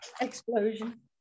Explosion